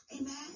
Amen